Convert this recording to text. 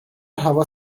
هوا